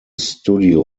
studio